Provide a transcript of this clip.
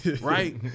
right